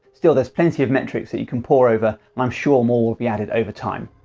still there's plenty of metrics that you can pore over, and i'm sure more will be added over time.